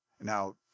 now